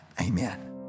amen